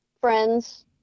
friends